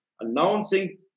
announcing